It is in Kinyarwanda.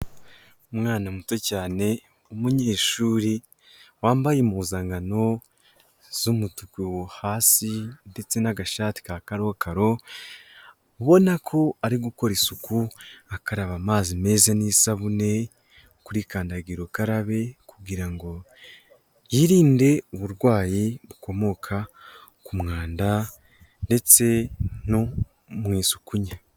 Umwana muto cyane w'umunyeshuri wambaye impuzankano z'umutuku hasi ndetse n'agashati ka karokaro ubona ko ari gukora isuku akaraba amazi meza n'isabune kuri kandagira ukararabe kugira ngo yirinde uburwayi bukomoka ku mwanda ndetse no mu isuku nke.